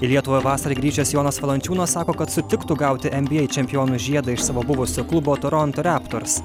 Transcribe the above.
į lietuvą vasarai grįžęs jonas valančiūnas sako kad sutiktų gauti nba čempionų žiedų iš savo buvusio klubo toronto reptors